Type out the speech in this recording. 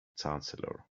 chancellor